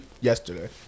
yesterday